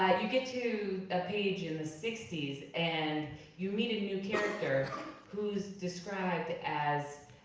and you get to a page in the sixty and you meet a new character who's described as